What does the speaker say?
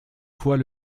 fois